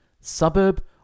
suburb